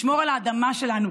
לשמור על האדמה שלנו,